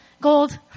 Gold